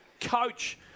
coach